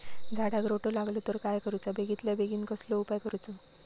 झाडाक रोटो लागलो तर काय करुचा बेगितल्या बेगीन कसलो उपाय करूचो?